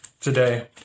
today